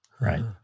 Right